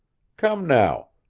come now,